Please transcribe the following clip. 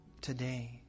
today